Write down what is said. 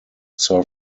sir